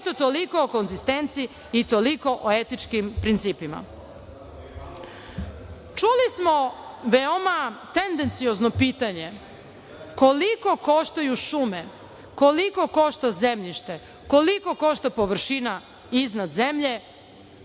Eto, toliko o konzistenciji i toliko o etičkim principima. Čuli smo veoma tendenciozno pitanje koliko koštaju šume, koliko košta zemljište, koliko košta površina iznad zemlje